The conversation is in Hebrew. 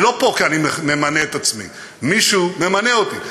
אני לא פה כי אני ממנה את עצמי, מישהו ממנה אותי.